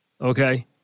okay